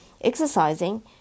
exercising